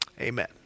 amen